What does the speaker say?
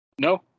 No